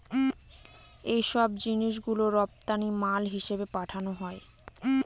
এইসব জিনিস গুলো রপ্তানি মাল হিসেবে পাঠানো হয়